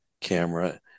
camera